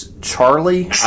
Charlie